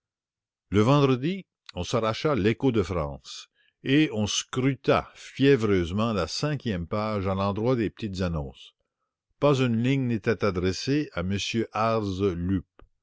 le vendredi on s'arracha l écho de france et on scruta fièvreusement la cinquième page à l'endroit des petites annonces pas une ligne n'était adressée à m ars lup